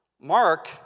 Mark